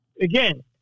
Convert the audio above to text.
again